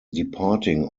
departing